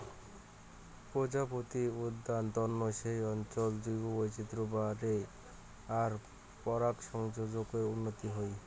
প্রজাপতি উদ্যানত তন্ন সেই অঞ্চলত জীববৈচিত্র বাড়ে আর পরাগসংযোগর উন্নতি হই